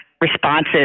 responses